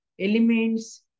elements